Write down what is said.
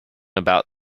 about